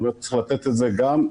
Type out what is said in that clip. צריך לתת את זה גם,